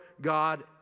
God